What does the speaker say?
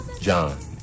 John